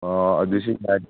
ꯑꯣ ꯑꯗꯨꯁꯨ ꯌꯥꯏ